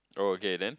oh okay then